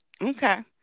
okay